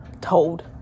told